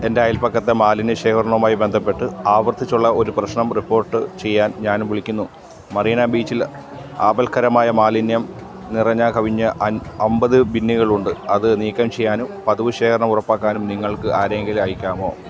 എൻ്റെ അയൽപക്കത്തെ മാലിന്യ ശേഖരണവുമായി ബന്ധപ്പെട്ടു ആവർത്തിച്ചുള്ള ഒരു പ്രശ്നം റിപ്പോർട്ട് ചെയ്യാൻ ഞാൻ വിളിക്കുന്നു മറീന ബീച്ചിൽ ആപൽക്കരമായ മാലിന്യം നിറഞ്ഞു കവിഞ്ഞു അമ്പത് ബിന്നുകളുണ്ട് അത് നീക്കം ചെയ്യാനും പതിവ് ശേഖരണം ഉറപ്പാക്കാനും നിങ്ങൾക്ക് ആരെയെങ്കിലും അയയ്ക്കാമോ